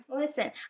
Listen